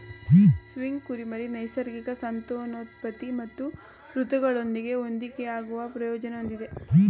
spring ಕುರಿಮರಿ ನೈಸರ್ಗಿಕ ಸಂತಾನೋತ್ಪತ್ತಿ ಮತ್ತು ಋತುಗಳೊಂದಿಗೆ ಹೊಂದಿಕೆಯಾಗುವ ಪ್ರಯೋಜನ ಹೊಂದಿದೆ